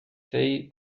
say